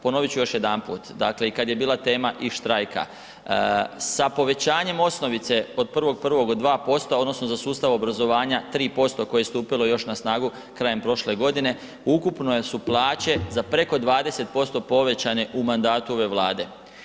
Ponovit ću još jedanput, dakle i kad je bila tema i štrajka sa povećanjem osnovice od 1.1. od 2% odnosno za sustav obrazovanja 3% koje je stupilo još na snagu krajem prošle godine, ukupno su plaće za preko 20% povećanje u mandatu ove Vlade.